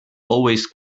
always